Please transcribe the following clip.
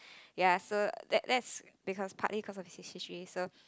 ya so that that's because partly cause of his history so